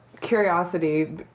curiosity